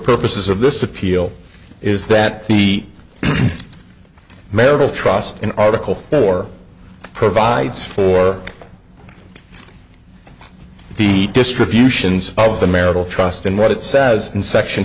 purposes of this appeal is that the marital trust in article four provides for the distributions of the marital trust and what it says in section